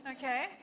okay